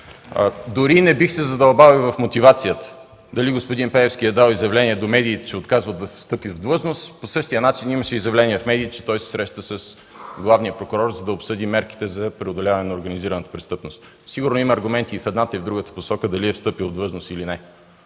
Дори не бих се задълбал и в мотивацията дали господин Пеевски е дал изявление до медиите, че отказва да встъпи в длъжност. По същия начин имаше изявление в медиите, че той се среща с главния прокурор, за да обсъди мерките за преодоляване на организираната престъпност. Сигурно има аргументи и в едната, и в другата посока дали е встъпил в длъжност или не.